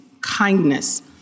kindness